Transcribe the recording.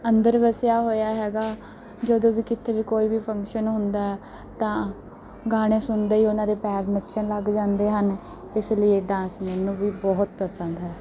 ਅੰਦਰ ਵਸਿਆ ਹੋਇਆ ਹੈਗਾ ਜਦੋਂ ਵੀ ਕਿਤੇ ਵੀ ਕੋਈ ਵੀ ਫੰਕਸ਼ਨ ਹੁੰਦਾ ਤਾਂ ਗਾਣੇ ਸੁਣਦੇ ਹੀ ਉਹਨਾਂ ਦੇ ਪੈਰ ਨੱਚਣ ਲੱਗ ਜਾਂਦੇ ਹਨ ਇਸ ਲਈ ਇਹ ਡਾਂਸ ਮੈਨੂੰ ਵੀ ਬਹੁਤ ਪਸੰਦ ਹੈ